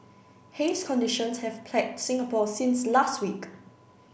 haze conditions have plagued Singapore since last week